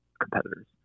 competitors